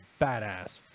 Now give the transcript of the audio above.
badass